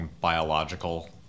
biological